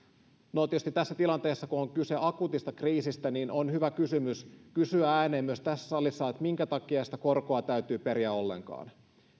no tietysti tässä tilanteessa kun on kyse akuutista kriisistä on hyvä kysyä ääneen myös tässä salissa minkä takia sitä korkoa täytyy periä ollenkaan